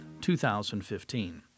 2015